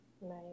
Right